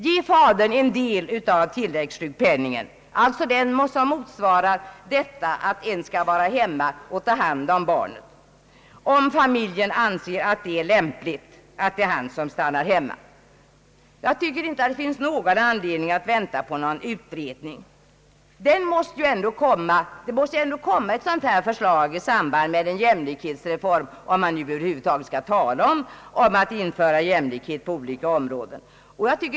Ge fadern en del av tilläggssjukpenningen om familjen anser det lämpligt att han stannar hemma och sköter det nyfödda barnet. Jag tycker inte att det finns någon anledning att vänta på en utredning. Det måste ändå komma ett sådant förslag i samband med en jämlikhetsreform, om man över huvud taget skall införa jämlikhet på olika områden.